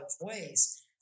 ways